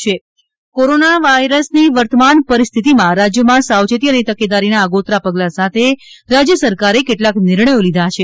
corona સાવચેતીના પગલાં corona વાયરસની વર્તમાન પરિસ્થિતીમાં રાજ્યમાં સાવચેતી અને તકેદારીના આગોતરા પગલાં સાથે રાજ્ય સરકારે કેટલાંક નિર્ણયો લીધા છે